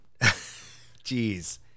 Jeez